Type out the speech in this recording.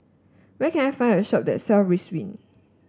where can I find a shop that sell Ridwind